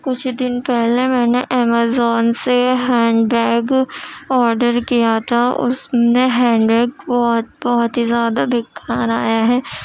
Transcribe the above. کچھ دن پہلے میں نے امیزون سے ہینڈ بیگ آڈر کیا تھا اس میں ہینڈ بیگ بہت بہت ہی زیادہ بیکار آیا ہے